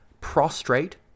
prostrate